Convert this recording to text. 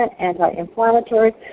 anti-inflammatory